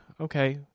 Okay